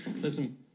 listen